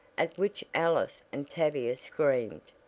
at which alice and tavia screamed.